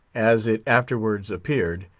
as it afterwards appeared,